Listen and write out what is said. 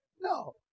No